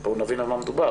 בואו נבין על מה מדובר,